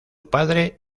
padre